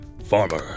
Farmer